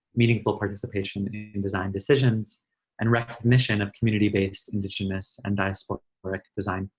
meaningful participation in design decisions and recognition of community-based indigenous and diasporic design,